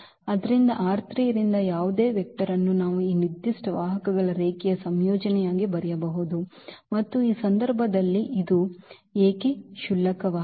ಆದ್ದರಿಂದ ರಿಂದ ಯಾವುದೇ ವೆಕ್ಟರ್ ಅನ್ನು ನಾವು ಈ ನಿರ್ದಿಷ್ಟ ವಾಹಕಗಳ ರೇಖೀಯ ಸಂಯೋಜನೆಯಾಗಿ ಬರೆಯಬಹುದು ಮತ್ತು ಈ ಸಂದರ್ಭದಲ್ಲಿ ಇದು ಏಕೆ ಕ್ಷುಲ್ಲಕವಾಗಿದೆ